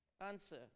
Answer